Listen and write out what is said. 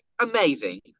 amazing